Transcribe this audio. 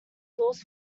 sauce